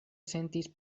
sentis